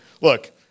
Look